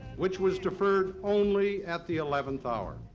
which was deferred only at the eleventh hour.